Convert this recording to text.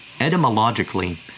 Etymologically